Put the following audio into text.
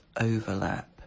overlap